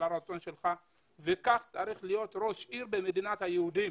על הרצון שלך וכך צריך להיות ראש עיר במדינת היהודים.